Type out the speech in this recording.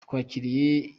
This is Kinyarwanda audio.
twakiriye